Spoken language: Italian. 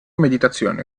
meditazione